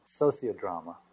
sociodrama